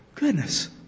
Goodness